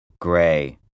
gray